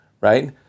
right